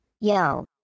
Yo